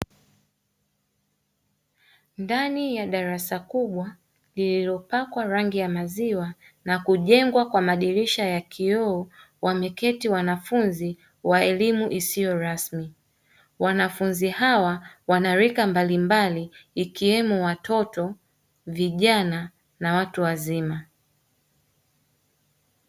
Ndani ya darasa kubwa lililopakwa rangi ya maziwa na kujengwa madirisha ya kioo, wameketi wanafunzi wa elimu isiyo rasmi. Wanafunzi hawa wana rika mbalimbali ikiwemo: watoto, vijana na watu wazima.